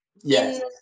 Yes